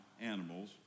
animals